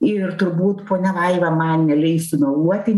ir turbūt ponia vaiva man neleis sumeluoti